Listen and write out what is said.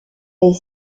est